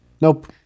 Nope